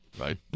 right